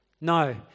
No